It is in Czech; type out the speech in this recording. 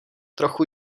trochu